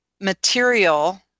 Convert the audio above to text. material